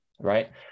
Right